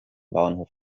bauernhof